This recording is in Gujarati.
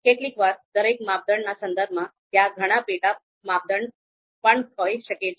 કેટલીકવાર દરેક માપદંડના સંદર્ભમાં ત્યાં ઘણા પેટા માપદંડ પણ હોઈ શકે છે